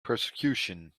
persecution